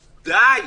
די,